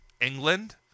england